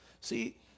See